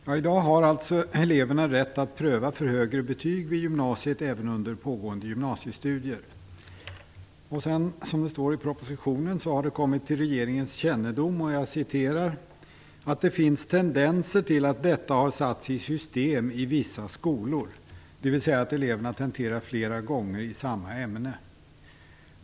Herr talman! I dag har eleverna rätt att pröva för högre betyg vid gymnasiet även under pågående gymnasiestudier. Det har kommit till regeringens kännedom, som det står i propositionen, att det "finns tendenser till att detta har satts i system i vissa skolor", dvs. att eleverna tenterar flera gånger i samma ämne.